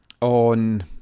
on